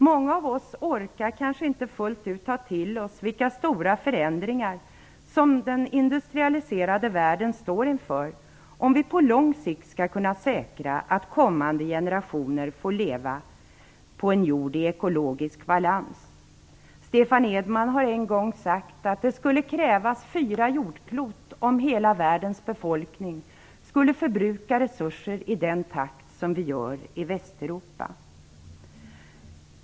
Många av oss orkar kanske inte fullt ut att ta till oss vilka stora förändringar som den industrialiserade världen står inför, om vi på lång sikt skall kunna säkra att kommande generationer får leva på en jord i ekologisk balans. Stefan Edman har en gång sagt att det skulle krävas fyra jordklot om hela världens befolkning skulle förbruka resurser i den takt som vi gör i Västeuropa.